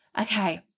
okay